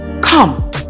Come